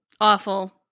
Awful